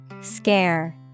Scare